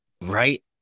Right